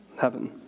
Heaven